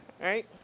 Right